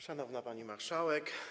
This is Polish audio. Szanowna Pani Marszałek!